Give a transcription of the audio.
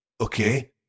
Okay